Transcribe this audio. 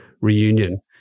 reunion